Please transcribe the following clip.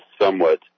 somewhat